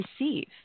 receive